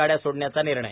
गाड्या सोडण्याचा निर्णय